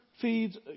feeds